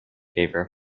favor